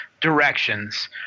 directions